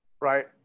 Right